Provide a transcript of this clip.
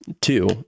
two